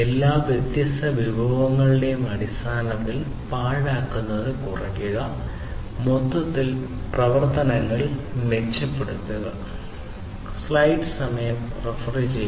എല്ലാ വ്യത്യസ്ത വിഭവങ്ങളുടെയും അടിസ്ഥാനത്തിൽ പാഴാക്കുന്നത് കുറയ്ക്കുക മൊത്തത്തിൽ പ്രവർത്തനങ്ങൾ മെച്ചപ്പെടുത്തുക